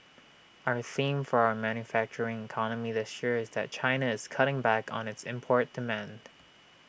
our theme for our manufacturing economy this year is that China is cutting back on its import demand